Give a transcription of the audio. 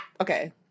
Okay